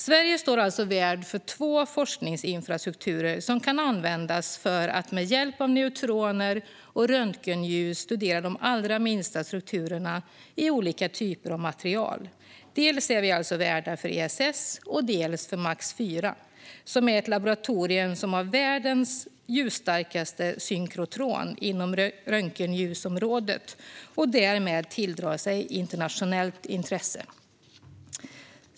Sverige står alltså värd för två forskningsinfrastrukturer som kan användas för att med hjälp av neutroner och röntgenljus studera de allra minsta strukturerna i olika typer av material. Dels är vi värdar för ESS, dels är vi värdar för Max IV. Det är ett laboratorium som har världens ljusstarkaste synkrotron inom röntgenljusområdet och därmed tilldrar sig internationellt intresse.